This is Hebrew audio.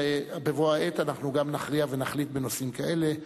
ובבוא העת אנחנו גם נכריע ונחליט בנושאים כאלה.